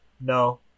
no